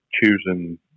choosing